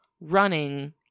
running